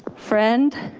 friend?